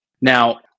Now